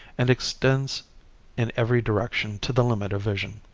and extends in every direction to the limit of vision.